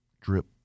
drip